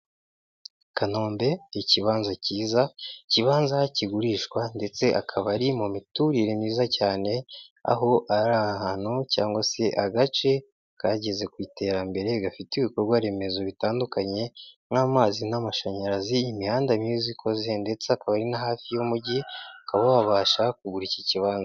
Kanombe ikibanza cyiza, ikibanza kigurishwa ndetse akaba ari mu miturire myiza cyane, aho ari ahantu cyangwa se agace kageze ku iterambere, gafite ibikorwa remezo bitandukanye nk'amazi n'amashanyarazi, imihanda myiza ikoze ndetse ukaba ari na hafi y'umujyi, ukaba wabasha kugura iki kibanza.